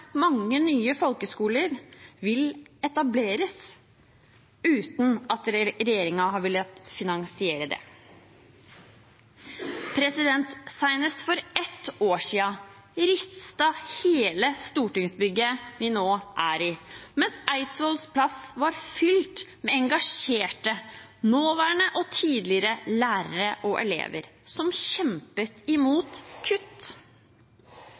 mange nye folkehøgskoler vil etableres, uten at regjeringen har villet finansiere det. Senest for et år siden ristet hele stortingsbygget, da Eidsvolls plass var full av engasjerte nåværende og tidligere lærere og elever som kjempet imot kutt.